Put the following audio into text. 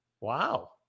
Wow